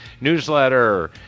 Newsletter